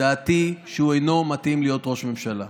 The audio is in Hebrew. דעתי היא שהוא אינו מתאים להיות ראש ממשלה.